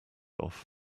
off